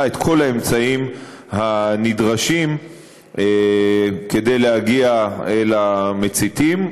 את כל האמצעים הנדרשים כדי להגיע אל המציתים.